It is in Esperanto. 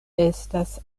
estas